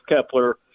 Kepler